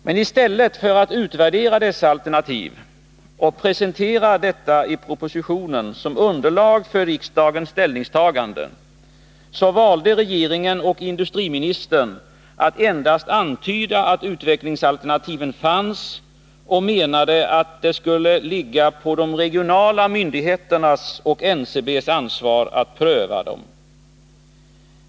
Men i stället för att utvärdera dessa alternativ och presentera dem i propositionen, som underlag för riksdagens ställningstaganden, så valde regeringen och industriministern att endast antyda att utvecklingsalternativen fanns, och man menade att det skulle ligga på de regionala myndigheternas och NCB:s ansvar att pröva dem.